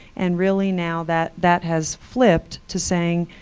and really, now, that that has flipped to saying,